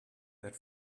that